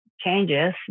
changes